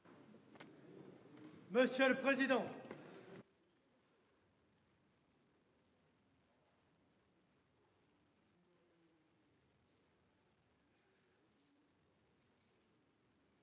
monsieur le président